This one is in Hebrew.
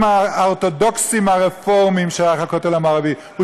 האורתודוקסים והרפורמים הכותל המערבי שייך,